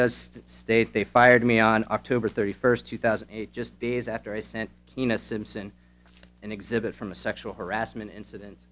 does state they fired me on october thirty first two thousand and eight just days after i sent tina simpson an exhibit from a sexual harassment inciden